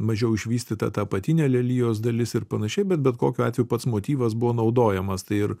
mažiau išvystyta ta apatinė lelijos dalis ir panašiai bet bet kokiu atveju pats motyvas buvo naudojamas tai ir